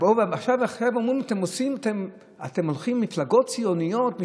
עכשיו הם אומרים: אתם הולכים עם מפלגות ציוניות,